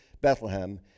Bethlehem